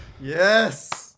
Yes